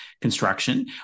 construction